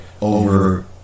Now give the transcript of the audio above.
over